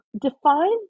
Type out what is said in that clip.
define